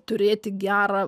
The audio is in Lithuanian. turėti gerą